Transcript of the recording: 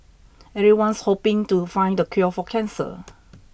everyone's hoping to find the cure for cancer